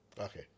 Okay